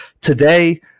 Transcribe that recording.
Today